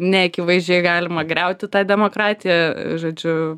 neakivaizdžiai galima griauti tą demokratiją žodžiu